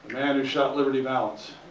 and shot liberty valance.